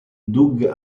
doug